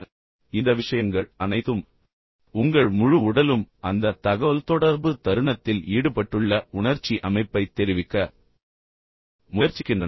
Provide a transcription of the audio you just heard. இப்போது இந்த விஷயங்கள் அனைத்தும் உங்கள் முழு உடலும் அந்த தகவல்தொடர்பு தருணத்தில் ஈடுபட்டுள்ள உணர்ச்சி அமைப்பைத் தெரிவிக்க முயற்சிக்கின்றன